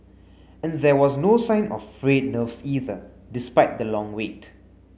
and there was no sign of frayed nerves either despite the long wait